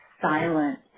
silent